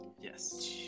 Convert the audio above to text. yes